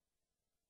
כהן,